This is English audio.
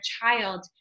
child